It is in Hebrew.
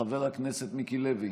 חבר הכנסת מיקי לוי,